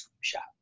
shop